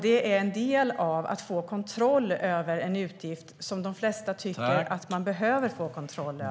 Det är en del av att få kontroll över en utgift som de flesta tycker att man behöver få kontroll över.